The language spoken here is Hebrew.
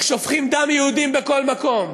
איך שופכים דם יהודי בכל מקום,